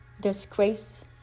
disgrace